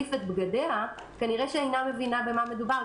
להחליף את בגדיה כנראה אינה מבינה במה מדובר,